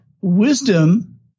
wisdom